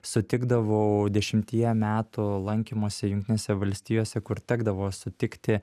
sutikdavau dešimtyje metų lankymosi jungtinėse valstijose kur tekdavo sutikti